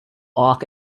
mark